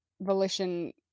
volition